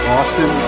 Austin